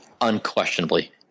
Unquestionably